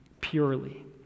purely